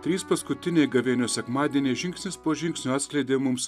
trys paskutiniai gavėnios sekmadieniai žingsnis po žingsnio atskleidė mums